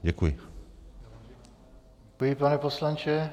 Děkuji, pane poslanče.